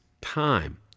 time